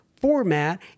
format